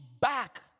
back